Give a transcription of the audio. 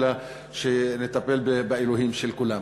אלא שנטפל באלוהים של כולם.